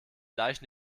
gleich